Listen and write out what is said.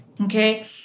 okay